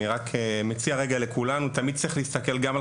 אני מציע לכולנו שתמיד צריך להסתכל גם על